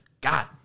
god